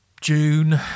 June